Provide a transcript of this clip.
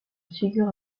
sigurd